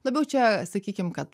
labiau čia sakykim kad